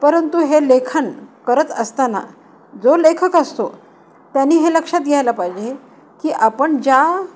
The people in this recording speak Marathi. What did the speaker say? परंतु हे लेखन करत असताना जो लेखक असतो त्यांनी हे लक्षात घ्यायला पाहिजे की आपण ज्या